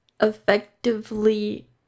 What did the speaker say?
effectively